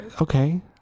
Okay